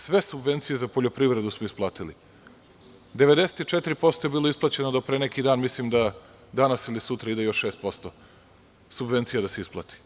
Sve subvencije za poljoprivredu smo isplatili, 94% je bilo isplaćeno do pre neki dan, mislim da danas ili sutra ide još 6% subvencija da se isplati.